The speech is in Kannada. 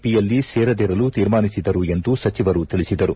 ಪಿಯಲ್ಲಿ ಸೇರದಿರಲು ಶೀರ್ಮಾನಿಸಿದರು ಎಂದು ಸಚಿವರು ತಿಳಿಸಿದರು